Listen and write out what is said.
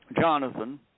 Jonathan